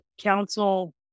council